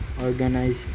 organize